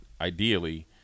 ideally